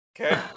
Okay